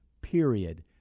period